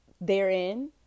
therein